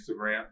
Instagram